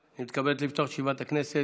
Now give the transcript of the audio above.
אני מתכבד לפתוח את ישיבת הכנסת.